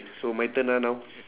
so my turn ah now